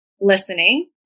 listening